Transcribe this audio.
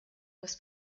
was